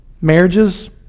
marriages